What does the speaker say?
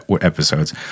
episodes